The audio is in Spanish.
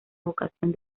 vocación